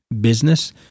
business